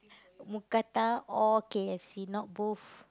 mookata or K_F_C not both